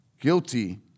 Guilty